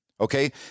Okay